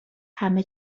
همه